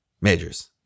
majors